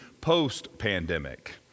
post-pandemic